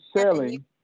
selling